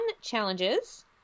challenges